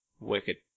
Wicked